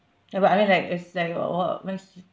ya but I mean like it's like wh~ what makes